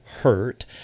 hurt